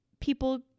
people